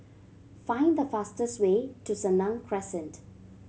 find the fastest way to Senang Crescent